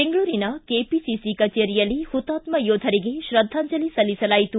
ಬೆಂಗಳೂರಿನ ಕೆಪಿಸಿಸಿ ಕಚೇರಿಯಲ್ಲಿ ಹುತಾತ್ಮ ಯೋಧರಿಗೆ ಶ್ರದ್ಧಾಂಜಲಿ ಸಲ್ಲಿಸಲಾಯಿತು